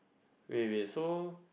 wait wait so